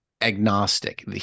agnostic